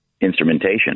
Instrumentation